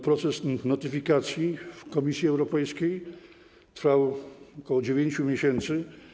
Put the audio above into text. Proces notyfikacji w Komisji Europejskiej trwał ok. 9 miesięcy.